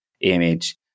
image